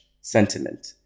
sentiment